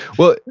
well,